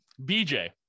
BJ